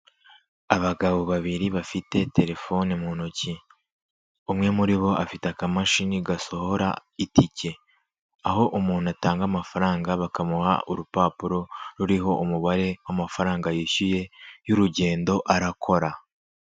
Abagabo babiri bafite telefone mu ntoki, umwe muri bo afite akamashini gasohora itike, aho umuntu atanga amafaranga bakamuha urupapuro ruriho umubare w'amafaranga yishyuye y'urugendo arakora.